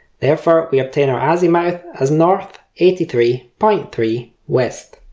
therefore we obtain our azimuth as north eighty three point three west.